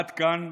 עד כאן,